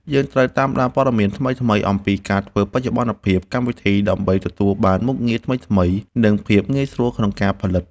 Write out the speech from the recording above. យើងត្រូវតាមដានព័ត៌មានថ្មីៗអំពីការធ្វើបច្ចុប្បន្នភាពកម្មវិធីដើម្បីទទួលបានមុខងារថ្មីៗ និង ភាពងាយស្រួលក្នុងការផលិត។